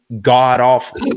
god-awful